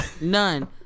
none